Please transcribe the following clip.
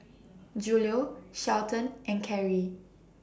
Julio Shelton and Carey